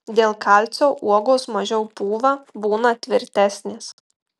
dėl kalcio uogos mažiau pūva būna tvirtesnės